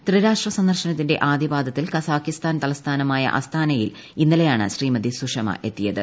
ത്രിരാഷ്ട്ര സന്ദർശനത്തിന്റെ ആദ്യപാദത്തിൽ കസാഖിസ്ഥാൻ തലസ്ഥാനുമായ അസ്താനയിൽ ഇന്നലെയാണ് ശ്രീമതി സുഷമ എത്തിയത്